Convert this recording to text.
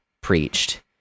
preached